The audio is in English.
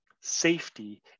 Safety